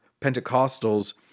Pentecostals